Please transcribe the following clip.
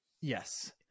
Yes